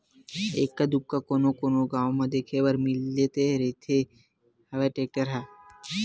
एक्का दूक्का कोनो कोनो गाँव म देखे बर मिलत रिहिस हवय टेक्टर ह